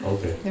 Okay